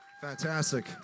Fantastic